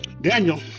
Daniel